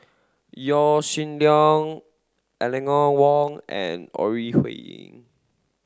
Yaw Shin Leong Eleanor Wong and Ore Huiying